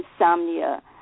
insomnia